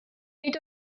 nid